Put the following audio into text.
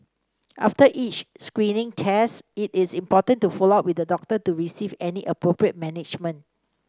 after each screening test it is important to follow up with the doctor to receive any appropriate management